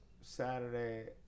Saturday